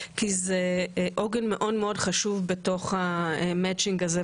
כי זה עוגן מאוד חשוב בתוך המצ'ינג הזה.